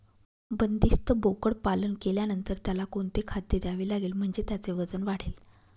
बंदिस्त बोकडपालन केल्यानंतर त्याला कोणते खाद्य द्यावे लागेल म्हणजे त्याचे वजन वाढेल?